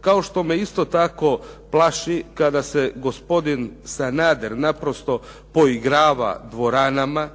kao što me isto tako plaši kada se gospodin Sanader naprosto poigrava dvoranama